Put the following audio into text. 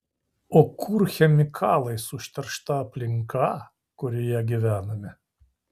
o kur chemikalais užteršta aplinka kurioje gyvename